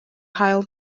hail